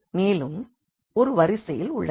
மேலும் ஒரு வரிசையில் உள்ளது